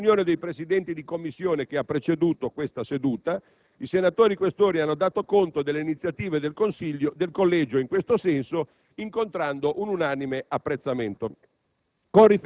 Nella riunione dei Presidenti di Commissione che ha preceduto questa seduta, i senatori Questori hanno dato conto delle iniziative del Collegio in questo senso, incontrando unanime apprezzamento.